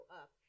up